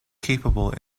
capable